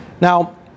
now